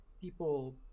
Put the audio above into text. people